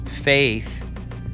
faith